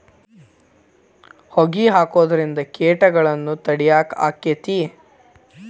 ಹೊಗಿ ಹಾಕುದ್ರಿಂದ ಕೇಟಗೊಳ್ನ ತಡಿಯಾಕ ಆಕ್ಕೆತಿ?